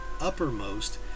uppermost